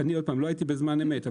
שוב, לא הייתי בזמן אמת,